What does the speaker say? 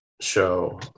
show